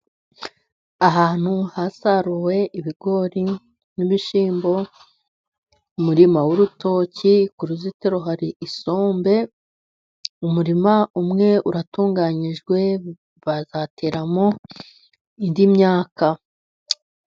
Ahantu hasaruwe ibigori, n'ibishyimbo. Umurima w'urutoki ku ruzitiro hari isombe, umurima umwe uratunganyijwe bazateramo indi myaka.